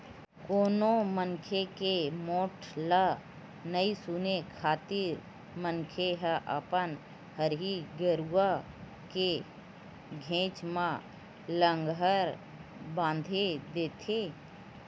कोनो मनखे के मोठ्ठा ल नइ सुने खातिर मनखे ह अपन हरही गरुवा के घेंच म लांहगर बांधे देथे